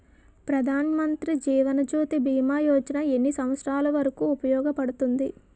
ప్రధాన్ మంత్రి జీవన్ జ్యోతి భీమా యోజన ఎన్ని సంవత్సారాలు వరకు ఉపయోగపడుతుంది?